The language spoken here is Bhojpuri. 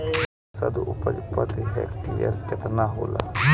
औसत उपज प्रति हेक्टेयर केतना होला?